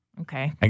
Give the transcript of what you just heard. Okay